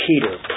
Peter